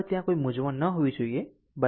ત્યાં કોઈ મૂંઝવણ ન હોવી જોઈએ VThevenin